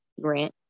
grant